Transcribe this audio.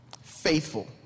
Faithful